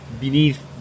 beneath